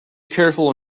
careful